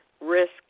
risk